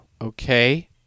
Okay